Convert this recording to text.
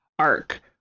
arc